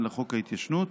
לחוק ההתיישנות,